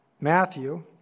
Matthew